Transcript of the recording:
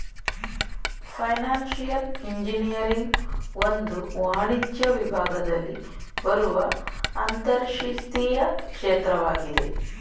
financial engineering ಒಂದು ವಾಣಿಜ್ಯ ವಿಭಾಗದಲ್ಲಿ ಬರುವ ಅಂತರಶಿಸ್ತೀಯ ಕ್ಷೇತ್ರವಾಗಿದೆ